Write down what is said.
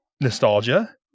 nostalgia